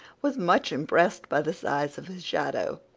was much impressed by the size of his shadow,